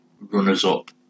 runners-up